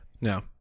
No